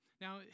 Now